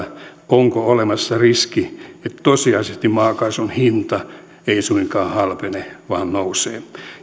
onko toisaalta olemassa riski että tosiasiallisesti maakaasun hinta ei suinkaan halpene vaan nousee